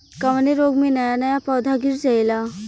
कवने रोग में नया नया पौधा गिर जयेला?